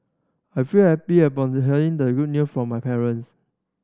I felt happy upon the hearing the good new from my parents